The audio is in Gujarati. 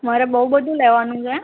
મારે બહુ બધું લેવાનું છે